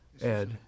Ed